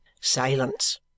Silence